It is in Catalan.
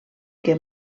que